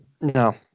No